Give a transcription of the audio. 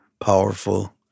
powerful